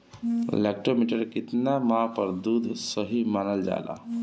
Lactometer के कितना माप पर दुध सही मानन जाला?